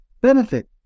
benefit